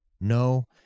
No